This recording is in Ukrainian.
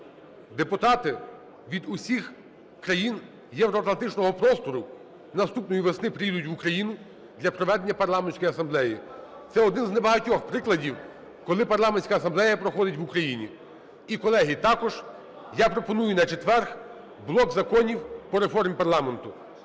Депутати від усіх країн євроатлантичного простору наступної весни приїдуть в Україну для проведення Парламентської асамблеї. Це один з небагатьох прикладів, коли Парламентська асамблея проходить в Україні. І, колеги, також я пропоную на четвер блок законів по реформі парламенту.